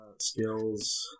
skills